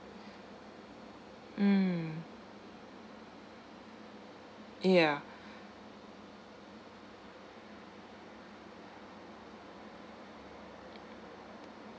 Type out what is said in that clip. mm ya